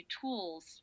tools